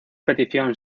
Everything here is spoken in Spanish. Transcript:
petición